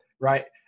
right